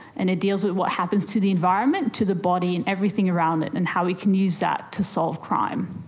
and it deals with what happens to the environment, to the body, and everything around it and how we can use that to solve crime.